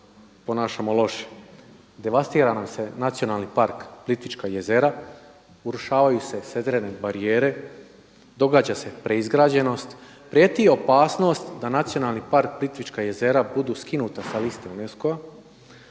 ponašamo loše. Devastira nam se nacionalni park Plitvička jezera, urušavaju se sedrene barijere, događa se preizgrađenost, prijeti opasnost da Nacionalni park Plitvička jezera budu skinuta sa liste UNESCO-a.